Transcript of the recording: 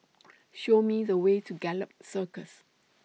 Show Me The Way to Gallop Circus